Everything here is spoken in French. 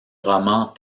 roman